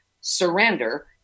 surrender